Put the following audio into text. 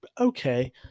okay